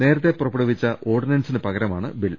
നേരത്തെ പുറപ്പെടു വിച്ച ഓർഡിനൻസിന് പകരമാണ് ബിൽ